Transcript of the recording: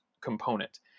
component